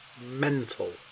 Mental